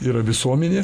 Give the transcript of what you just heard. yra visuomenė